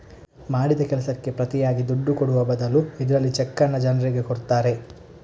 ಮಾಡಿದ ಕೆಲಸಕ್ಕೆ ಪ್ರತಿಯಾಗಿ ದುಡ್ಡು ಕೊಡುವ ಬದಲು ಇದ್ರಲ್ಲಿ ಚೆಕ್ಕನ್ನ ಜನ್ರಿಗೆ ಕೊಡ್ತಾರೆ